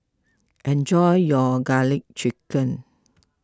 enjoy your Garlic Chicken